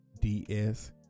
d-s-